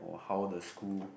how the school